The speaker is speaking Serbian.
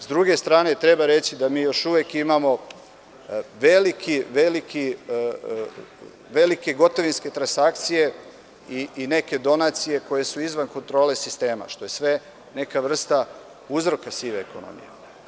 S druge strane treba reći da mi još uvek imamo velike gotovinske transakcije i neke donacije koje su izvan kontrole sistema, što je sve neka vrsta uzroka sive ekonomije.